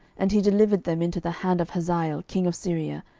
and he delivered them into the hand of hazael king of syria,